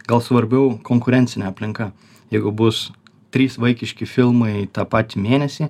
gal svarbiau konkurencinė aplinka jeigu bus trys vaikiški filmai tą pat mėnesį